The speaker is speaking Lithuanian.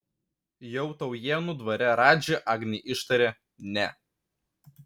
jau taujėnų dvare radži agnei ištarė ne